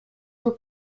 were